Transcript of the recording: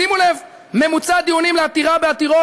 שימו לב: ממוצע דיונים לעתירה בעתירות